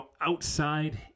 outside